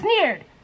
sneered